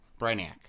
brainiac